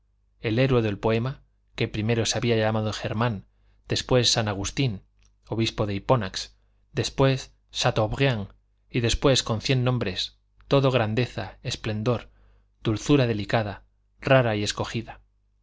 el héroe del poema que primero se había llamado germán después san agustín obispo de hiponax después chateaubriand y después con cien nombres todo grandeza esplendor dulzura delicada rara y escogida